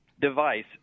device